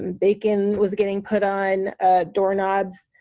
bacon was getting put on doorknobs.